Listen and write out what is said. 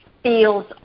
feels